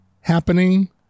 happening